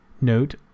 note